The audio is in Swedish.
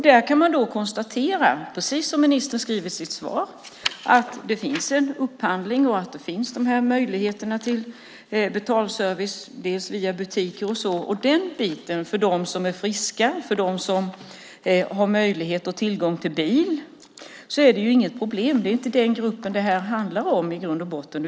Där kan man konstatera, precis som ministern skriver i sitt svar, att det finns en upphandling och att det finns dessa möjligheter till betalservice, bland annat via butiker. Den biten är inget problem för dem som är friska och för dem som har tillgång till bil, men det är inte den gruppen det här handlar om i grund och botten.